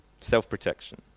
Self-protection